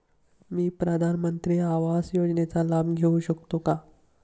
मी प्रधानमंत्री आवास योजनेचा लाभ घेऊ शकते का?